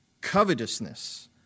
covetousness